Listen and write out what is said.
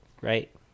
Right